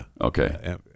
Okay